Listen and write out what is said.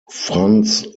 franz